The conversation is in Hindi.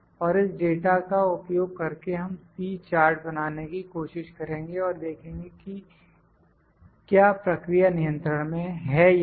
और इस डेटा का उपयोग करके हम C चार्ट बनाने की कोशिश करेंगे और देखेंगे की क्या प्रक्रिया नियंत्रण में है या नहीं